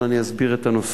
אבל אסביר את הנושא.